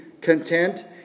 content